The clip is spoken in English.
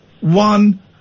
one